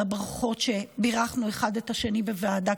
לברכות שבירכנו אחד את השני בוועדה,